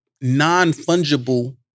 non-fungible